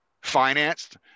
financed